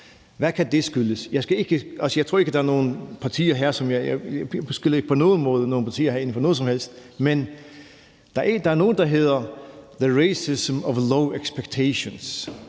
Hvad kan det skyldes? Jeg beskylder ikke på nogen måde nogen partier herinde for noget som helst, men der er noget, der hedder the racism of low expectations,